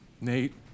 Nate